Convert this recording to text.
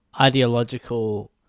ideological